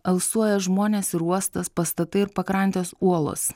alsuoja žmonės ir uostas pastatai ir pakrantės uolos